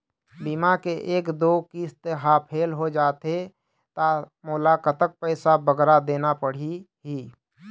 बीमा के एक दो किस्त हा फेल होथे जा थे ता मोला कतक पैसा बगरा देना पड़ही ही?